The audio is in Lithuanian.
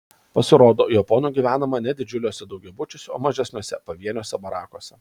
pasirodo japonų gyvenama ne didžiuliuose daugiabučiuose o mažesniuose pavieniuose barakuose